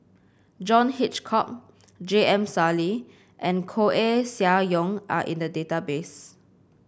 John Hitchcock J M Sali and Koeh Sia Yong are in the database